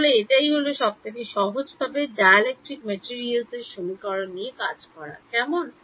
তাহলে এটাই হলো সবথেকে সহজভাবে Dielectric Materials এর সমীকরণ নিয়ে কাজ করা কেমন